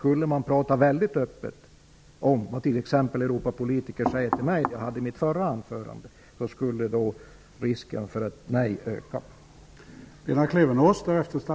Skulle man tala väldigt öppet om vad t.ex. europapolitiker säger till mig, vilket jag nämnde i mitt förra anförande, skulle risken för ett nej öka.